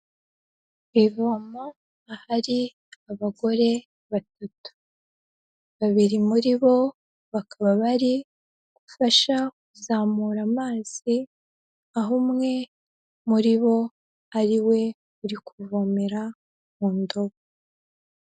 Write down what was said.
Ku ivomo ahari abagore batatu, babiri muri bo bakaba bari gufasha kuzamura amazi, aho umwe muri bo ariwe uri kuvomera mu ndobo.